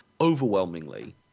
Overwhelmingly